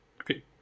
Okay